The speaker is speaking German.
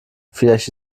vielleicht